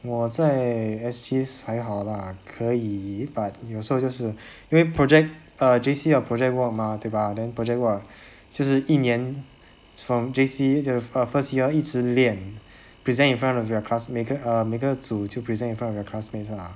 我在 S_Gs 还好 lah 可以 but 有时候就是因为 project err J_C 的 project work mah 对吧 then project 就是一年 from J_C the first year 一直练 present in front of your classmate err 每个组就 present in front of your classmates lah